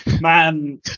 Man